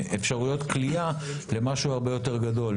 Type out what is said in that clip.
אפשרויות הכליאה למשהו הרבה יותר גדול,